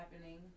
happening